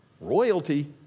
Royalty